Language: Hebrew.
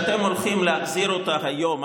ובחקיקה שאתם הולכים להחזיר היום,